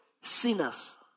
sinners